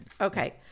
Okay